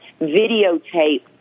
videotape